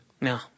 No